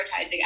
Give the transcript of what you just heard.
prioritizing